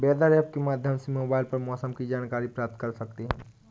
weather app के माध्यम से मोबाइल पर मौसम की जानकारी प्राप्त कर सकते हैं